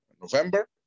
November